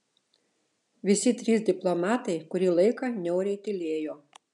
visi trys diplomatai kurį laiką niauriai tylėjo